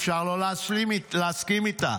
אפשר לא להסכים איתה: